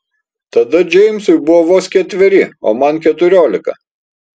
tada džeimsui buvo vos ketveri o man keturiolika